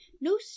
No